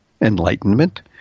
enlightenment